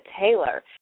Taylor